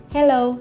Hello